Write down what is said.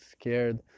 scared